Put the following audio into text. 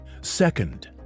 Second